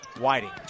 Whiting